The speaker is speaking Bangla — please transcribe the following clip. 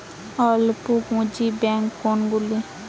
অল্প পুঁজি ব্যাঙ্ক কোনগুলি?